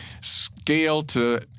scale-to-